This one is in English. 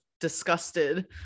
disgusted